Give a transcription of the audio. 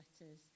letters